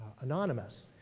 anonymous